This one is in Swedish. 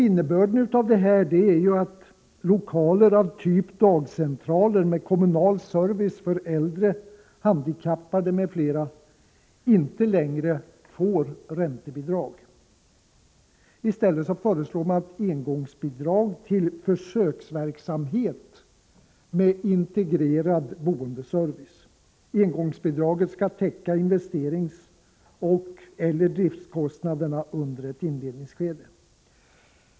Innebörden av det är att lokaler av typ dagcentraler med kommunal service för äldre, handikappade, m.fl. inte längre får räntebidrag. I stället föreslår man ett engångsbidrag till försöksverksamhet med integrerad boendeservice. Engångsbidraget skall täcka investeringsoch/eller driftkostnaderna under ett inledningsskede.